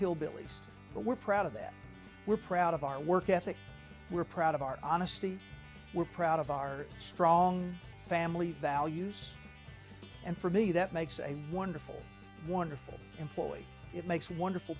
hillbillies but we're proud of that we're proud of our work ethic we're proud of our honesty we're proud of our strong family values and for me that makes a wonderful wonderful employee it makes wonderful